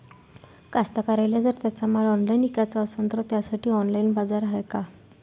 कास्तकाराइले जर त्यांचा माल ऑनलाइन इकाचा असन तर त्यासाठी ऑनलाइन बाजार हाय का?